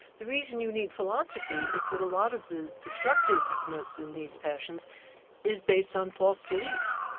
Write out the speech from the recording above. the reason you need philosophy is that a lot of the destructiveness in these passions is based on false belief.